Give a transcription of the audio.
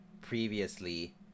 previously